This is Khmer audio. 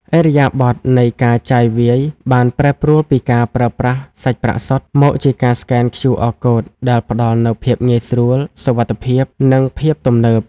ឥរិយាបថនៃការចាយវាយបានប្រែប្រួលពីការប្រើប្រាស់សាច់ប្រាក់សុទ្ធ មកជាការស្កែន QR Code ដែលផ្ដល់នូវភាពងាយស្រួល សុវត្ថិភាព និងភាពទំនើប។